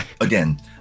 again